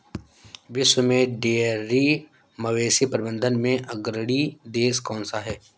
विश्व में डेयरी मवेशी प्रबंधन में अग्रणी देश कौन सा है?